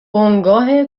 بنگاه